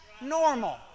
normal